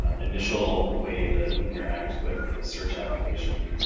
ah initial way that we interact with the search application.